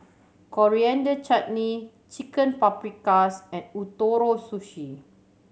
Coriander Chutney Chicken Paprikas and Ootoro Sushi